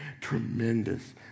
tremendous